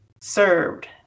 served